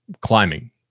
climbing